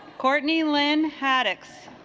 courtney lynn haddix